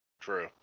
True